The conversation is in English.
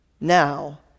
now